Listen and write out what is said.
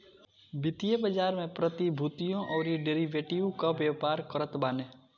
वित्तीय बाजार में प्रतिभूतियों अउरी डेरिवेटिव कअ व्यापार करत बाने